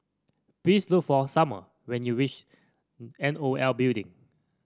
please look for Sumner when you reach N O L Building